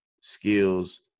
skills